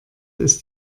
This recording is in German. ist